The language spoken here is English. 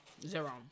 Zero